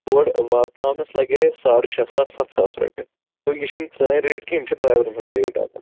تورٕ واتناونَس لَگے ساڑ شےٚ ساس ستھ ساس رۄپیہِ تہٕ یہِ چھُنہٕ سٲنۍ ریٹ کیٚنٛہہ یِم چھِ ڈرٛیورَن ہٕنٛز ریٹ آسان